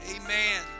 Amen